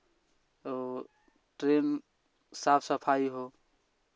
train साफ़ सफ़ाई हो